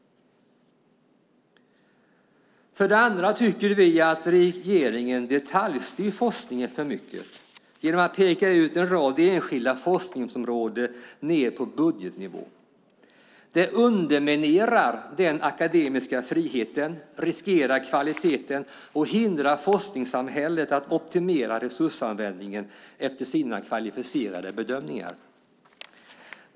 För det andra tycker vi att regeringen detaljstyr forskningen för mycket genom att peka ut en rad enskilda forskningsområden ned på budgetnivå. Det underminerar den akademiska friheten, riskerar kvaliteten och hindrar forskningssamhället att optimera resursanvändningen efter sina kvalificerade bedömningar.